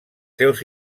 seus